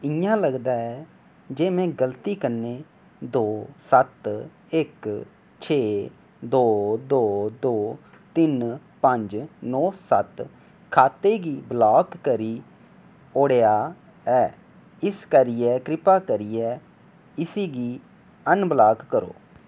इ'यां लगदा ऐ जे में गलती कन्नै दो सत्त इक छे दो दो दो तिन पंज नौ सत्त खाते गी ब्लाक करी ओड़ेआ ऐ इस करियै कृपा करियै इसगी अनब्लाक करो